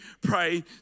pray